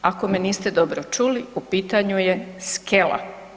Ako me niste dobro čuli, u pitanju je skela.